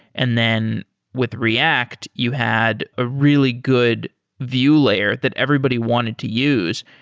and then with react, you had a really good vue layer that everybody wanted to use.